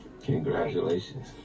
Congratulations